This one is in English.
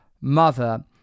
mother